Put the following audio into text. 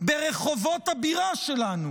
ברחובות הבירה שלנו